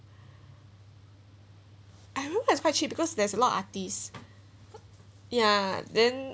I remember it's quite cheap because there's a lot artist ya then